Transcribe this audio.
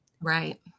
Right